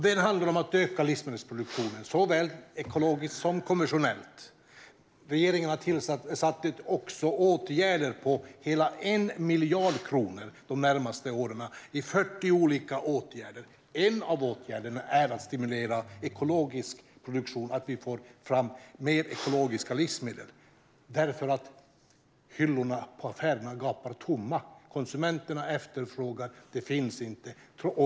Den handlar om att öka livsmedelsproduktionen, såväl ekologisk som konventionell. Regeringen har också satt in åtgärder för hela 1 miljard kronor de närmaste åren. Det handlar om 40 olika åtgärder. En av åtgärderna är att stimulera ekologisk produktion, så att vi får fram mer ekologiska livsmedel. Hyllorna i affärerna gapar nämligen tomma. Konsumenterna efterfrågar det, men det finns inte.